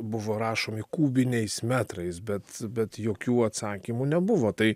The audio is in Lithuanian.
buvo rašomi kubiniais metrais bet bet jokių atsakymų nebuvo tai